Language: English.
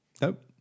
Nope